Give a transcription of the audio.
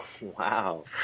Wow